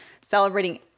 celebrating